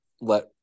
let